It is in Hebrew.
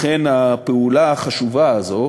לכן הפעולה החשובה הזאת